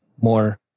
more